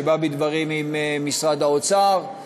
שבא בדברים עם משרד האוצר,